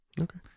Okay